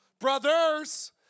brothers